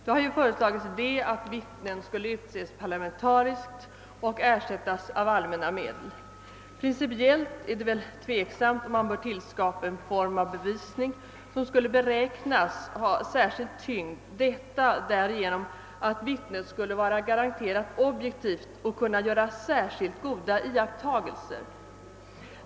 Det har föreslagits att vittnen skulle utses parlamentariskt och ersättas av allmänna medel. Principiellt är det väl tveksamt om man bör tillskapa en form av bevisning som skall anses ha särskild tyngd på grund av att vittnet skulle vara garanterat objektivt och kunna göra särskilt goda iakttagelser.